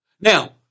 Now